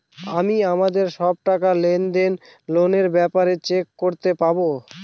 আমি আমাদের সব টাকা, লেনদেন, লোনের ব্যাপারে চেক করতে পাবো